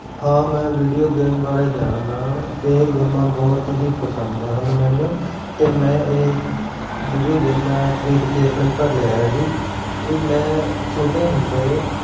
ਹਾਂ ਮੈਂ video game ਬਾਰੇ ਜਾਣ ਨਾਲ ਇਹ ਗੇਮਾਂ ਬਹੁਤ ਹੀ ਪਸੰਦ ਹਨ ਮੈਨੂੰ ਅਤੇ ਮੈਂ ਇਹ ਵੀਡੀਓ ਗੇਮਾਂ ਖਰੀਦ ਕੇ ਆਪਣੇ ਘਰ ਲਿਆਇਆ ਸੀ ਇਹ ਮੈਂ ਛੋਟੇ ਹੁੰਦੇ